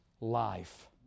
life